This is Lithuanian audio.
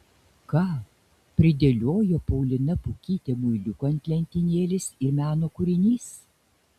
ką pridėliojo paulina pukytė muiliukų ant lentynėlės ir meno kūrinys